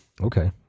Okay